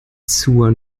zur